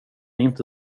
inte